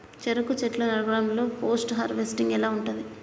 చెరుకు చెట్లు నరకడం లో పోస్ట్ హార్వెస్టింగ్ ఎలా ఉంటది?